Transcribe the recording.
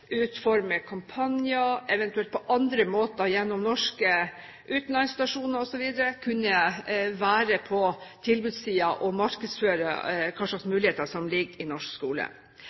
utforme kampanjer, eller at man eventuelt på andre måter gjennom norske utenlandsstasjoner osv. kunne være på tilbudssiden og markedsføre hvilke muligheter som ligger i norsk skole.